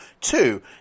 Two